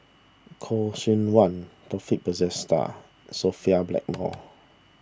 Khoo Seok Wan Taufik Batisah Sophia Blackmore